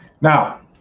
Now